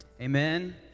amen